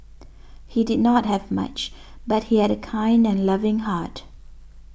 he did not have much but he had a kind and loving heart